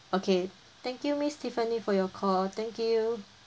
okay thank you miss tiffany for your call thank you